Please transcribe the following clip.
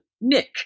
Nick